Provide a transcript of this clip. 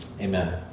Amen